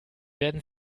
werden